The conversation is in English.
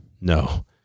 No